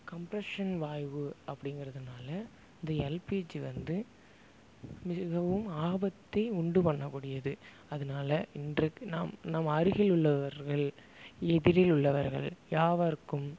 compression வாய்வு அப்படிங்கிறதுனால இந்த எல்பிஜி வந்து மிகவும் ஆபத்தை உண்டு பண்ண கூடியது அதனால இன்றுக்கு நாம் நம் அருகில் உள்ளவர்கள் எதிரில் உள்ளவர்கள் யாவருக்கும்